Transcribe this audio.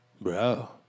Bro